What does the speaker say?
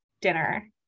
dinner